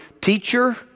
teacher